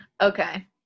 Okay